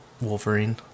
Wolverine